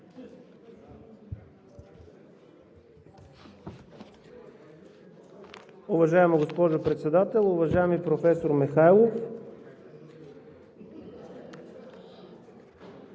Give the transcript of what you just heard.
Уважаема госпожо Председател, уважаеми професор Михайлов!